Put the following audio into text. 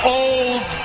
old